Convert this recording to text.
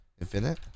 infinite